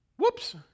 Whoops